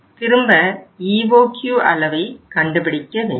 திரும்ப EOQ அளவை கண்டுபிடிக்க வேண்டும்